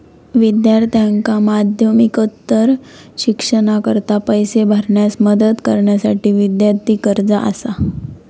विद्यार्थ्यांका माध्यमिकोत्तर शिक्षणाकरता पैसो भरण्यास मदत करण्यासाठी विद्यार्थी कर्जा असा